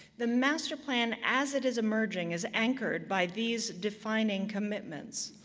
the master plan, as it is emerging, is anchored by these defining commitments.